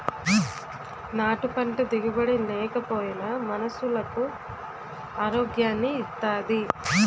నాటు పంట దిగుబడి నేకపోయినా మనుసులకు ఆరోగ్యాన్ని ఇత్తాది